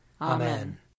Amen